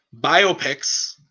biopics